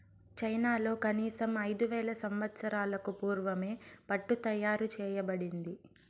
చైనాలో కనీసం ఐదు వేల సంవత్సరాలకు పూర్వమే పట్టు తయారు చేయబడింది